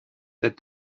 that